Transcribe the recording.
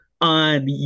on